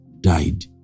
died